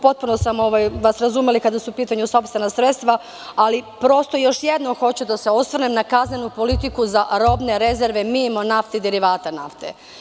Potpuno sam razumela kada su u pitanju sopstvena sredstva, ali još jednom hoću da se osvrnem na kaznenu politiku za robne rezerve mimo nafte i derivata nafte.